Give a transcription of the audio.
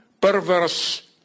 perverse